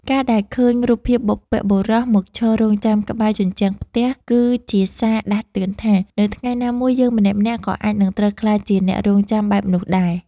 ការដែលឃើញរូបភាពបុព្វបុរសមកឈររង់ចាំក្បែរជញ្ជាំងផ្ទះ គឺជាសារដាស់តឿនថា នៅថ្ងៃណាមួយយើងម្នាក់ៗក៏អាចនឹងត្រូវក្លាយជាអ្នករង់ចាំបែបនោះដែរ។